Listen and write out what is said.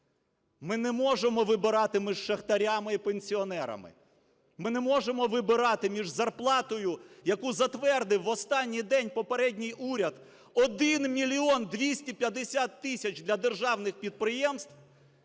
Ми не можемо вибирати між шахтарями і пенсіонерами. Ми не можемо вибирати між зарплатою, яку затвердив в останній день попередній уряд – 1 мільйон 250 тисяч для державних підприємств